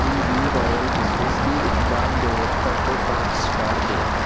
B B Royal किशमिश की उत्पाद गुणवत्ता को पाँच स्टार दें